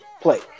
play